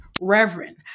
Reverend